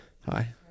Hi